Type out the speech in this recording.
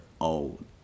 old